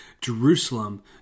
Jerusalem